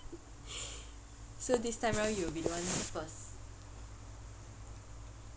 so this time round you'll be the one first